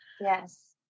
Yes